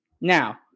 Now